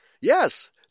Yes